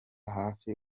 hafi